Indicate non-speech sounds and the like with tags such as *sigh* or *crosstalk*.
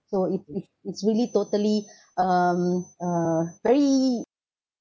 so it it it's really totally *breath* um uh very